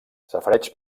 safareig